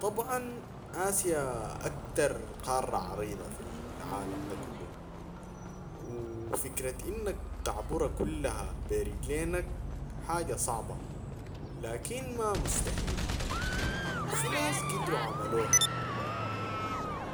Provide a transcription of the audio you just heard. طبعاً آسيا أكتر قارة عريضة في العالم دا كلو و فكرة إنك تعبر كلها بي ريجلينك حاجة صعبة لكن ما مستحيلة و في ناس قدروا عملوها،